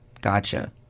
Gotcha